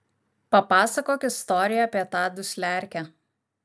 papasakok istoriją apie tą dusliarkę